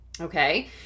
okay